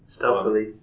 Stealthily